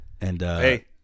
hey